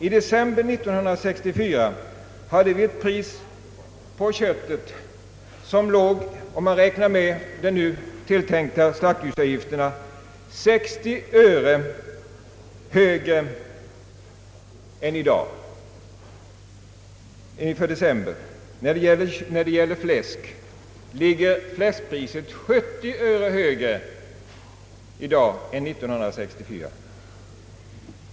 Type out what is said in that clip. I december 1964 hade vi ett köttpris som låg — om man räknar med de nu tilltänkta slaktdjursavgifterna — 60 öre högre per kg än i dag. När det gäller fläsk ligger priset i dag 70 öre högre per kg än 1964.